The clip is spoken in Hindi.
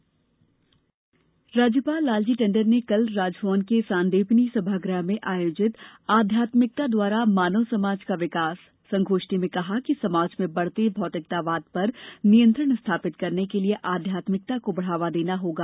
राज्यपाल राज्यपाल लालजी टंडन ने कल राजभवन के सांदीपनि सभागृह में आयोजित आध्यात्मिकता द्वारा मानव समाज का विकास संगोष्ठी में कहा कि समाज में बढ़ते भौतिकवाद पर नियंत्रण स्थापित करने के लिये आध्यात्मिकता को बढ़ावा देना होगा